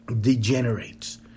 degenerates